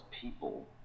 people